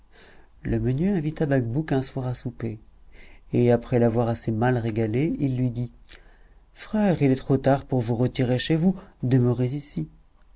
le meunier invita bacbouc un soir à souper et après l'avoir assez mal régalé il lui dit frère il est trop tard pour vous retirer chez vous demeurez ici